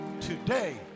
today